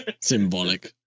symbolic